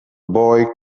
boy